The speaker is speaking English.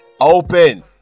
Open